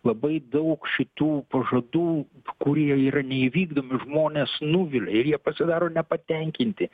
labai daug šitų pažadų kurie yra neįvykdomi žmones nuvilia ir jie pasidaro nepatenkinti